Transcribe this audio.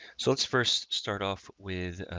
so let's first start off with,